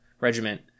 regiment